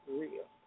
real